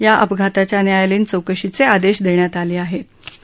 या अपघाताच्या न्यायालयीन चौकशीच आदश दश्यात आल आहस्र